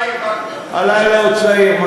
הלילה עוד צעיר.